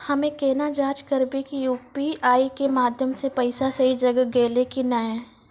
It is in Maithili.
हम्मय केना जाँच करबै की यु.पी.आई के माध्यम से पैसा सही जगह गेलै की नैय?